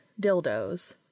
dildos